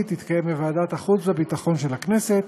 יתקיים בוועדת החוץ והביטחון של הכנסת.